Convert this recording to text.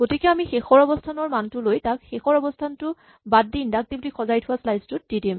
গতিকে আমি শেষৰ অৱস্হানৰ মানটো লৈ তাক শেষৰ অৱস্হানটো বাদ দি ইন্ডাক্টিভলী সজাই থোৱা স্লাইচ টোত দি দিম